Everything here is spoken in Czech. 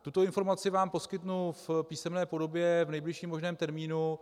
Tuto informaci vám poskytnu v písemné podobě v nejbližším možném termínu.